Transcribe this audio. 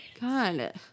God